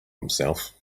himself